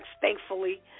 Thankfully